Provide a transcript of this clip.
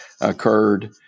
occurred